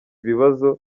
ibibazo